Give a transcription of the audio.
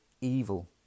evil